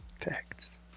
facts